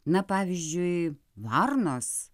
na pavyzdžiui varnos